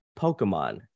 Pokemon